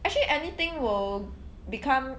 actually anything will become